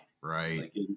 Right